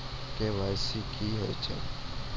KYC की होय छै?